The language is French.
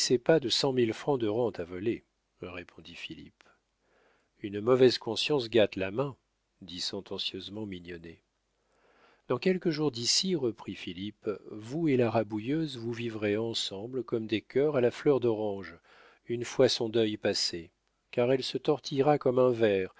pas de cent mille francs de rente à voler répondit philippe une mauvaise conscience gâte la main dit sentencieusement mignonnet dans quelques jours d'ici reprit philippe vous et la rabouilleuse vous vivrez ensemble comme des cœurs à la fleur d'orange une fois son deuil passé car elle se tortillera comme un ver